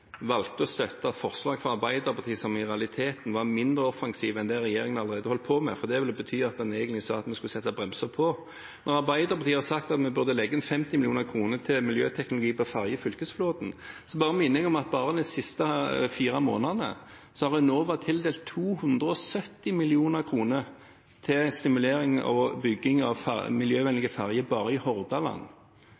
valgte å støtte et forslag fra Arbeiderpartiet som i realiteten var mindre offensivt enn det regjeringen allerede holdt på med, for det ville bety at en egentlig sa at vi skulle sette bremsene på. Når Arbeiderpartiet har sagt at vi burde legge inn 50 mill. kr til miljøteknologi på ferjeflåten, så minner jeg om at bare de siste fire månedene har Enova tildelt 270 mill. kr til å stimulere til bygging av